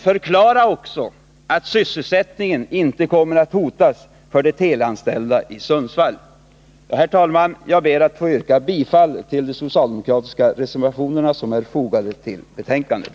Förklara också att sysselsättningen inte kommer att hotas för de teleanställda i Sundsvall! Herr talman! Jag ber att få yrka bifall till de socialdemokratiska reservationerna som är fogade vid betänkandet.